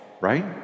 right